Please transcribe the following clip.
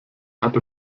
hatte